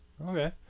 okay